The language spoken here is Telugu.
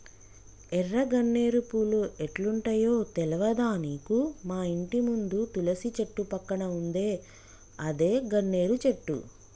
ఎర్ర గన్నేరు పూలు ఎట్లుంటయో తెల్వదా నీకు మాఇంటి ముందు తులసి చెట్టు పక్కన ఉందే అదే గన్నేరు చెట్టు